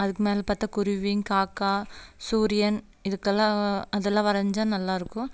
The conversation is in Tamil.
அதுக்கு மேல் பார்த்தா குருவியும் காக்கா சூரியன் இதுக்கெல்லாம் அதெல்லாம் வரைஞ்சா நல்லாயிருக்கும்